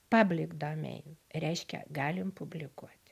public domain reiškia galim publikuot